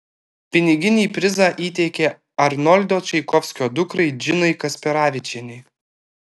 piniginį prizą įteikė arnoldo čaikovskio dukrai džinai kasperavičienei